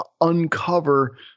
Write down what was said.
uncover